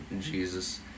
Jesus